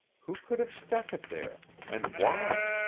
who could have stuck it there and why?